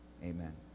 Amen